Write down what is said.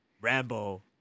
Rambo